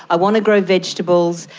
i want to grow vegetables.